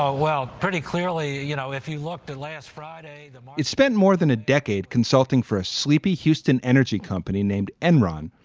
ah well, pretty clearly you know, if you looked at last friday, it spent more than a decade consulting for a sleepy houston energy company named enron,